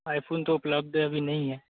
iPhone तो उपलब्ध अभी नहीं है